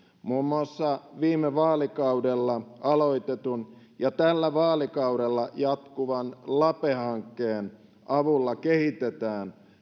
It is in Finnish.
muun muassa viime vaalikaudella aloitetun ja tällä vaalikaudella jatkuvan lape hankkeen avulla kehitetään